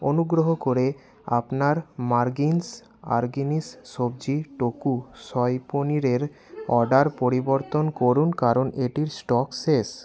অনুগ্রহ করে আপনার সবজি টোফু সয় পনিরের অর্ডার পরিবর্তন করুন কারণ এটির স্টক শেষ